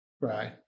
Right